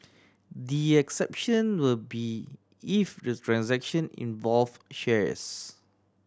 the exception will be if the transaction involve shares